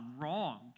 wrong